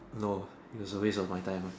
no it was a waste of my time